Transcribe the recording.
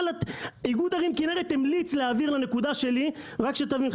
איגוד ערים כנרת המליץ להעביר לנקודה שלי רק שתבין,